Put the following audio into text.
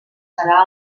serà